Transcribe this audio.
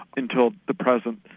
until the present,